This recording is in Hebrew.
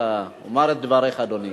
תאמר את דבריך, אדוני.